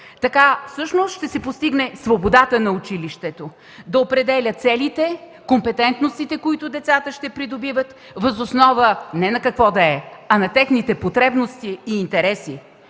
така ще се постигне свободата на училището да определя целите, компетентностите, които ще придобиват децата въз основа не на какво да е, а на техните потребности и интереси.